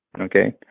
Okay